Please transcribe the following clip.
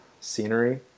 scenery